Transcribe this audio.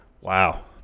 Wow